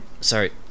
Sorry